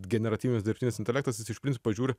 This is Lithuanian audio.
generatyvinis dirbtinis intelektas jis iš principo žiūri